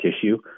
tissue